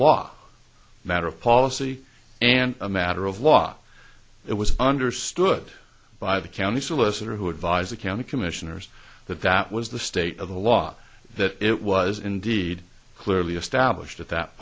law matter of policy and a matter of law it was understood by the county solicitor who advised the county commissioners that that was the state of the law that it was indeed clearly established at that